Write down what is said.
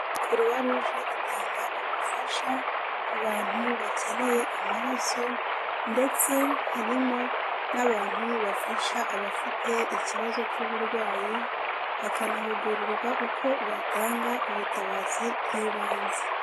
Kuruwaruje itanga ubufasha ku bantu bakeneye amaraso ndetse harimo n'abantu bafasha abafite ikibazo cy'uburwayi, bakanahugurirwa uko batanga ubutabazi bw'ibanze.